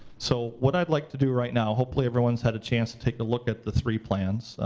so what i'd like to do right now, hopefully everyone's had a chance to take a look at the three plans,